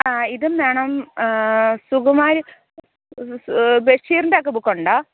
ആ ഇതും വേണം സുകുമാരി ബഷീറിൻ്റെയൊക്കെ ബുക്കുണ്ടോ